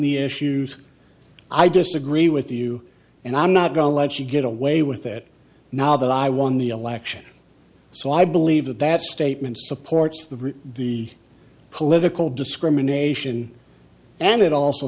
the issues i disagree with you and i'm not going to get away with that now that i won the election so i believe that that statement supports the the political discrimination and it also